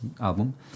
album